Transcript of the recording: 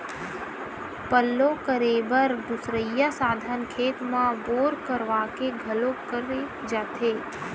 पल्लो करे बर दुसरइया साधन खेत म बोर करवा के घलोक करे जाथे